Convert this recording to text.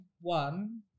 one